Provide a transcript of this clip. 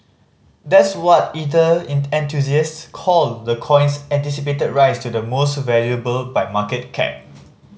that's what ether enthusiasts call the coin's anticipated rise to the most valuable by market cap